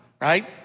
right